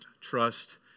trust